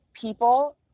people